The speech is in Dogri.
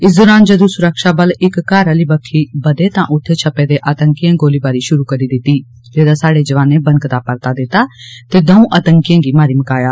इस दौरान जंदू सुरक्षाबल इक घर आहली बक्खी बददे तां उत्थे छप्पे दे आंतकीयें गोलीबारी शुरू करी दित्ती जेहदा साहडे जवाने बनकदा परता दित्ता ते दंऊ आंतकीयें गी मारी मकाया